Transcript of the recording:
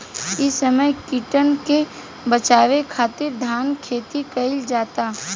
इ समय कीटन के बाचावे खातिर धान खेती कईल जाता